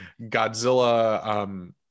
Godzilla